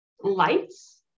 lights